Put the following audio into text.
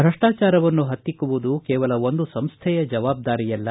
ಭ್ರಷ್ಲಾಚಾರವನ್ನು ಪತ್ತಿಕ್ಕುವುದು ಕೇವಲ ಒಂದು ಸಂಸ್ವೆಯ ಜವಾಬ್ದಾರಿಯಲ್ಲ